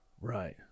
Right